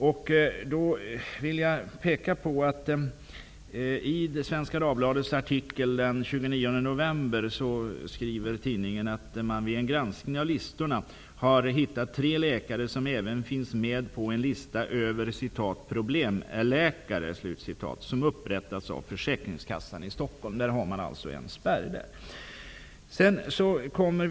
Jag vill peka på att det i Svenska Dagbladets artikel den 29 november skrivs att man vid en granskning av listorna har hittat tre läkare som även finns med på en lista över Försäkringskassan i Stockholm. Där har man alltså en spärr.